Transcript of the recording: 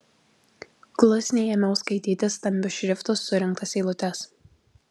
klusniai ėmiau skaityti stambiu šriftu surinktas eilutes